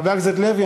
חבר הכנסת לוי,